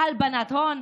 הלבנת הון,